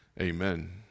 amen